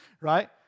right